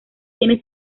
tiene